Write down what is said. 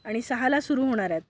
आणि सहाला सुरू होणार आहेत